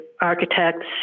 architects